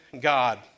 god